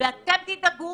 אתם תדאגו